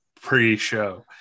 pre-show